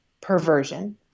perversion